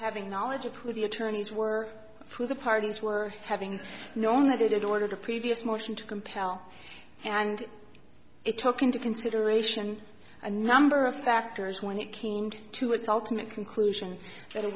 having knowledge of who the attorneys were for the parties were having known about it in order to previous motion to compel and it took into consideration a number of factors when it came to its ultimate conclusion that a